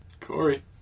Corey